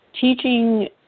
teaching